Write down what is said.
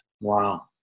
Wow